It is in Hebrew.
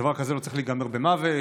דבר כזה לא צריך להיגמר במוות,